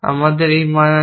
আমাদের এই মান আছে